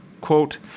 quote